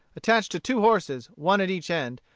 attached to two horses, one at each end,